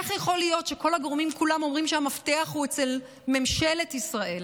איך יכול להיות שכל הגורמים כולם אומרים שהמפתח הוא אצל ממשלת ישראל?